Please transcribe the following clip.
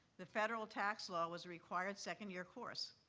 the federal tax law was a required second-year course.